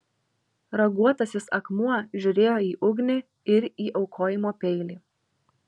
raguotasis akmuo žiūrėjo į ugnį ir į aukojimo peilį